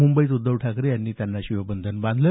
मुंबईत उद्धव ठाकरे यांनी त्यांना शिवबंधन बांधले